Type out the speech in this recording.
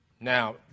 Now